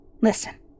listen